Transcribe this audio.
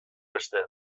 beste